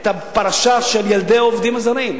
את הפרשה של ילדי עובדים זרים.